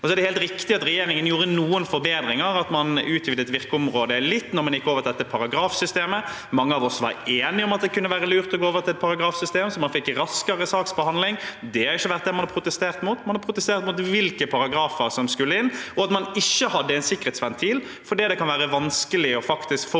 Det er helt riktig at regjeringen gjorde noen forbedringer, at man utvidet virkeområdet litt da man gikk over til paragrafsystemet. Mange av oss var enige om at det kunne være lurt å gå over til et paragrafsystem, så man fikk raskere saksbehandling. Det har ikke vært noe man har protestert mot. Man har protestert mot hvilke paragrafer som skulle inn, og at man ikke hadde en sikkerhetsventil, for det kan være vanskelig å faktisk forutse